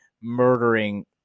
murdering